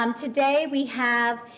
um today we have,